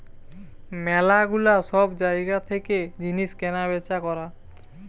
ম্যালা গুলা সব জায়গা থেকে জিনিস কেনা বেচা করা